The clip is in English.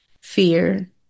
fear